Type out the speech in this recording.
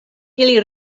ili